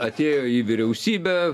atėjo į vyriausybę